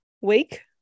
week